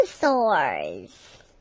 dinosaurs